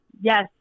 yes